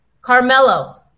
Carmelo